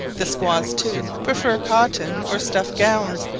the squaws, too, prefer cotton or stuff gowns,